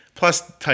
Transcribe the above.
Plus